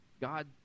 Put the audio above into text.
God